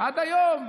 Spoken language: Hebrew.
עד היום.